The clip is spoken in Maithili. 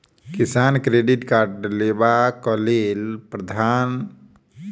किसान क्रेडिट कार्ड लेबाक की प्रावधान छै?